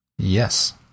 Yes